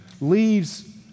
leaves